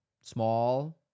small